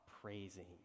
praising